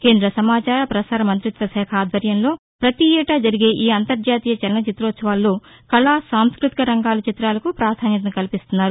కేంద్ర సమాచార ప్రసార మంతిత్వ శాఖ ఆధ్వర్యంలో ప్రపతి ఏటా జరిగే ఈ అంతర్జాతీయ చలన చిత్రోత్పవాల్లో కళ సాంస్భతిక రంగాల చిత్రాలకు ప్రాధాన్యతను కల్పిస్తున్నారు